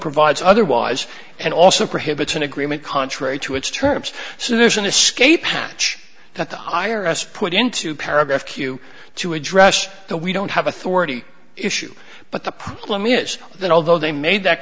provides otherwise and also prohibits an agreement contrary to its terms so there's an escape hatch that the i r s put into paragraph q to address the we don't have authority issue but the problem is that although they made that